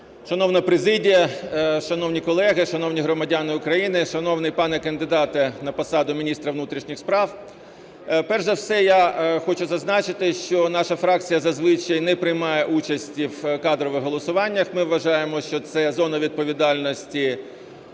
Шановна президія, шановні колеги, шановні громадяни України, шановний пане кандидате на посаду міністра внутрішніх справ! Перш за все я хочу зазначити, що наша фракція зазвичай не приймає участі в кадрових голосуваннях, ми вважаємо, що це зона відповідальності